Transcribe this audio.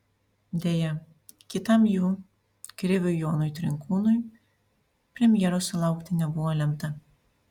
deja kitam jų kriviui jonui trinkūnui premjeros sulaukti nebuvo lemta